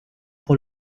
pour